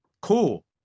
cool